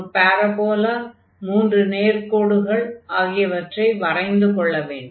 ஒரு பாரபோலா மூன்று நேர்க்கோடுகள் ஆகியவற்றை வரைந்து கொள்ள வேண்டும்